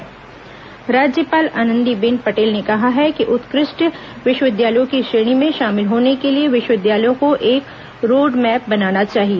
विवि कुलपति बैठक राज्यपाल आनंदीबेन पटेल ने कहा है कि उत्कृष्ट विश्वविद्यालयों की श्रेणी में शामिल होने के लिए विश्वविद्यालयों को एक रोडमैप बनाना चाहिए